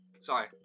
Sorry